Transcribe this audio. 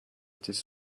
this